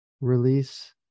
release